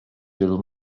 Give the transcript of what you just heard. wielu